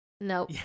No